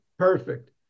Perfect